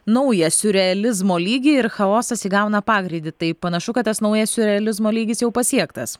naują siurrealizmo lygį ir chaosas įgauna pagreitį tai panašu kad tas naujas siurrealizmo lygis jau pasiektas